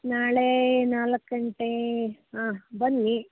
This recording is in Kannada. ನಾಳೆ ನಾಲ್ಕು ಗಂಟೆ ಹಾಂ ಬನ್ನಿ